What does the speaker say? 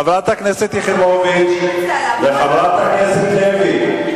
חברת הכנסת יחימוביץ וחברת הכנסת לוי,